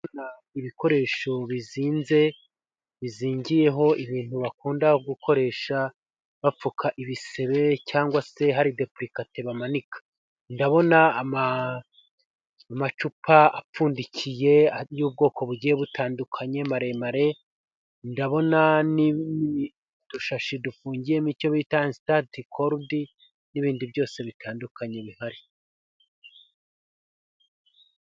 Ibikoresho bizinze bizingiyeho ibintu bakunda gukoresha bapfuka ibisebe cyangwa se harI depurikate bamanika, ndabona macupa apfundikiye y'ubwoko bugiye butandukanye maremare, ndabona n'udushashi dufungiyemo icyo bita stati codi n'ibindi byose bitandukanye bihari.